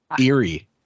eerie